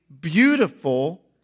beautiful